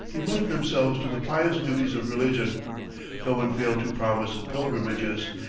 devoted themselves to the pious duties of religion no one failed to promise pilgrimages,